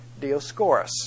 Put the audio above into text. Dioscorus